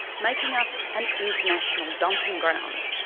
making us an international dumping ground.